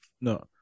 No